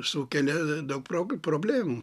sukelia daug prob problemų